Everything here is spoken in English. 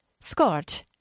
Scott